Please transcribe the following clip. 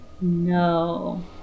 No